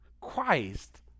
Christ